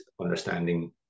understanding